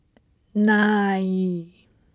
nine